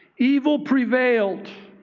evil prevailed.